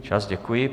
Čas, děkuji.